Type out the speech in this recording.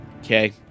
Okay